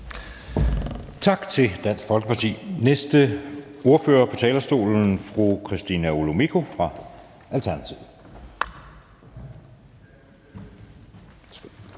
Tak til Dansk Folkeparti. Næste ordfører på talerstolen er fru Christina Olumeko fra Alternativet.